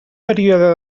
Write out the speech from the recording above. període